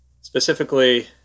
Specifically